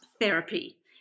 therapy